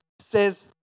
says